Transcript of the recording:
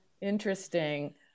Interesting